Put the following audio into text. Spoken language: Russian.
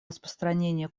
распространения